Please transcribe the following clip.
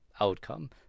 outcome